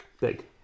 big